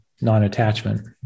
non-attachment